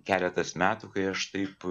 keletas metų kai aš taip